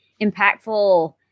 impactful